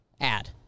Add